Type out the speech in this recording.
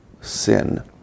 sin